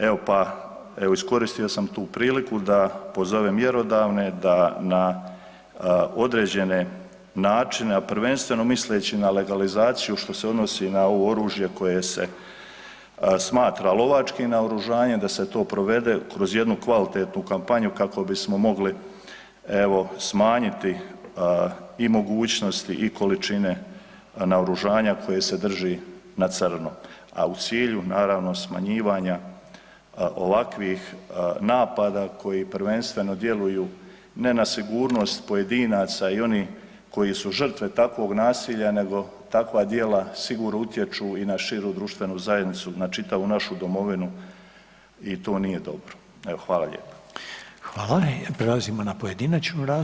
Evo pa evo iskoristio sam tu priliku da pozovem mjerodavne da na određene načine a prvenstveno misleći na legalizaciju što se odnosi na ovo oružje koje se smatra lovačkim naoružanjem, da se to provede kroz jednu kvalitetnu kampanju kako bismo mogli evo smanjiti i mogućnost i količine naoružanja koje se drži na crno a u cilju naravno, smanjivanja ovakvih napada koji prvenstveno djeluju ne na sigurnost pojedinaca i onih koji su žrtve takvog nasilja nego takva djela sigurno utječu i našu društvenu zajednicu na čitavu našu domovinu i to nije dobro. evo, hvala lijepo.